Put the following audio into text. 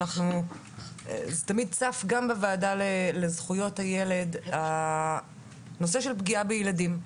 גם בוועדה לזכויות הילד נושא הפגיעה בילדים צף.